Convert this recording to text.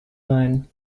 sein